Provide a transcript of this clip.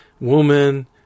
woman